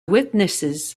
witnesses